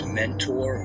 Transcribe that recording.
mentor